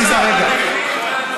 עליזה, רגע.